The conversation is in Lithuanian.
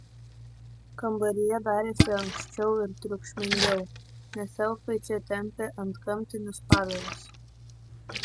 kambaryje darėsi ankščiau ir triukšmingiau nes elfai čia tempė antgamtinius padarus